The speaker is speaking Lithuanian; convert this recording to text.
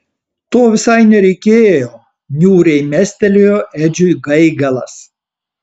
to visai nereikėjo niūriai mestelėjo edžiui gaigalas